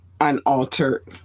unaltered